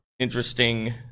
Interesting